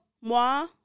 moi